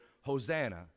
Hosanna